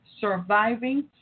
surviving